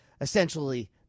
Essentially